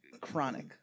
chronic